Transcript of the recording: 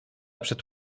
przed